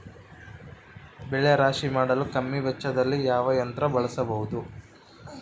ಬೆಳೆ ರಾಶಿ ಮಾಡಲು ಕಮ್ಮಿ ವೆಚ್ಚದಲ್ಲಿ ಯಾವ ಯಂತ್ರ ಬಳಸಬಹುದು?